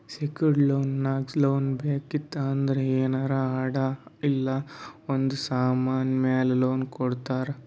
secured loan ನಾಗ್ loan ಬೇಕಿತ್ತು ಅಂದ್ರ ಏನಾರೇ ಅಡಾ ಇಲ್ಲ ಒಂದ್ ಸಮಾನ್ ಮ್ಯಾಲ ಲೋನ್ ಕೊಡ್ತಾರ್